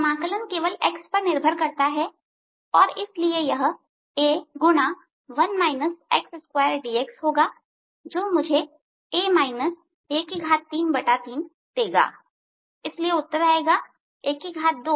समाकलन केवल x पर निर्भर करता है और इसलिए यह a x a a33होगा 1 x2dxमुझे a a33 देगा इसलिए उत्तर आएगा a2